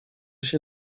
się